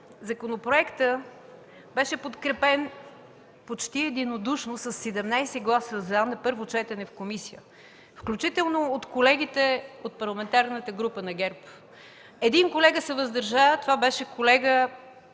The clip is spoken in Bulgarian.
законопроектът беше подкрепен почти единодушно – със 17 гласа „за” на първо четене в комисията, включително от колегите от Парламентарната група на ГЕРБ. Един колега се въздържа, той е от